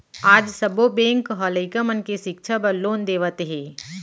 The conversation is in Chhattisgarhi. आज सब्बो बेंक ह लइका मन के सिक्छा बर लोन देवत हे